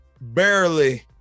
barely